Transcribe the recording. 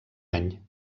any